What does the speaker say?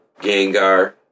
Gengar